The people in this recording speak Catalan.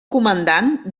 comandant